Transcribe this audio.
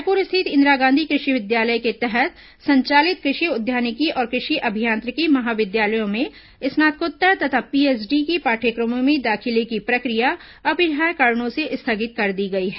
रायपुर स्थित इंदिरा गांधी कृषि विश्वविद्यालय के तहत संचालित कृषि उद्यानिकी और कृषि अभियांत्रिकी महाविद्यालयों में स्नाकोत्तर तथा पीएचडी पाठ्यक्रमों में दाखिले की प्रक्रिया अपरिहार्य कारणों से स्थगित कर दी गई है